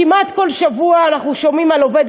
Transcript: כמעט כל שבוע אנחנו שומעים על עובד,